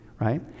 right